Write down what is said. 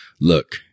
look